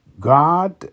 God